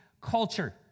culture